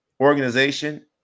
organization